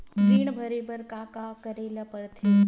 ऋण भरे बर का का करे ला परथे?